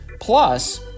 plus